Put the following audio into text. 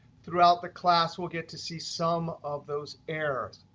throughout the class, we'll get to see some of those errors.